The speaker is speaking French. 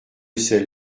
sel